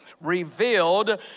revealed